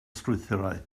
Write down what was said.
strwythurau